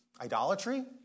idolatry